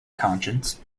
conscience